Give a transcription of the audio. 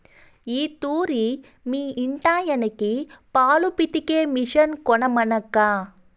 ఈ తూరి మీ ఇంటాయనకి పాలు పితికే మిషన్ కొనమనక్కా